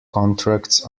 contracts